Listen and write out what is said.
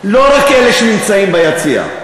לא רק אלה שנמצאים ביציע.